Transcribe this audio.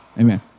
Amen